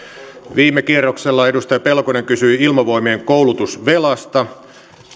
viime kierroksella edustaja pelkonen kysyi ilmavoimien koulutusvelasta